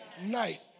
night